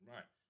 Right